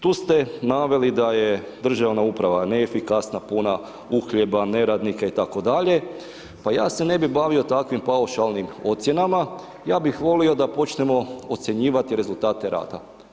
Tu ste navali da je državna uprava neefikasna, puna uhljeba, neradnika, itd. pa ja se ne bi bavio takvim paušalnim ocjenama, ja bih volio da počnemo ocjenjivati rezultate rada.